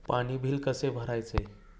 पाणी बिल कसे भरायचे?